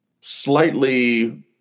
slightly